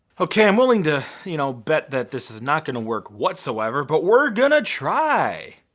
okay, i'm willing to you know bet that this is not gonna work whatsoever but we're gonna try.